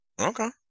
okay